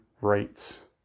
rights